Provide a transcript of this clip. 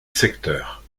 secteur